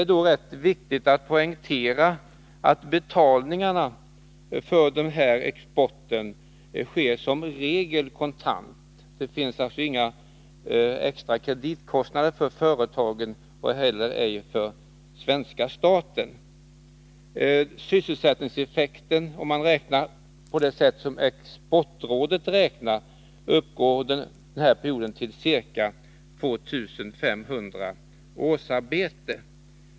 Det är rätt viktigt att poängtera att betalningarna för denna export som regel sker kontant. Det tillkommer alltså inga extra kreditkostnader för företagen och ej heller för svenska staten. Sysselsättningseffekten, som den beräknas av exportrådet, uppgår under perioden till ca 2 500 årsarbeten.